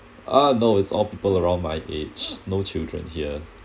ah no it's all people around my age no children here